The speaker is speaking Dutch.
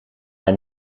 haar